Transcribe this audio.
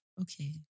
Okay